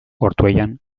ortuellan